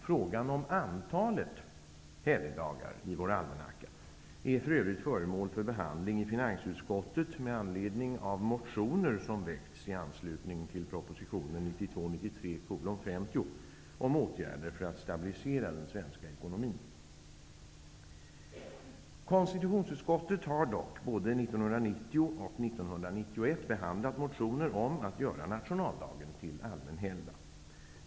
Frågan om antalet helgdagar är för övrigt föremål för behandling i finansutskottet med anledning av motioner väckta i anslutning till proposition 1992/93:50 om åtgärder för att stabilisera den svenska ekonomin. behandlat motioner om att göra nationaldagen till allmän helgdag.